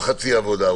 עבודה.